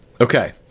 okay